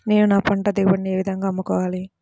నేను నా పంట దిగుబడిని ఏ విధంగా అమ్ముకోవాలి?